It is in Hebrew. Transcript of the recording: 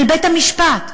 על בית-המשפט.